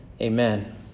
Amen